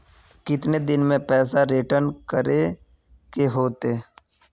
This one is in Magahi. कितने दिन में पैसा रिटर्न करे के होते?